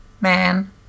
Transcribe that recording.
man